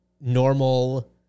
normal